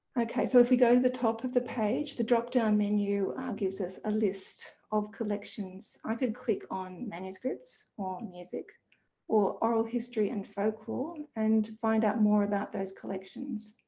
ok so if we go to the top of the page, the drop down menu gives us a list of collections. i could click on manuscripts or music or oral history and folklore and find out more about those collections.